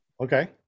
Okay